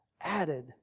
added